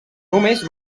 només